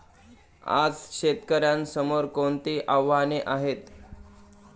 आज शेतकऱ्यांसमोर कोणती आव्हाने आहेत?